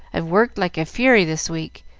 i've worked like fury this week,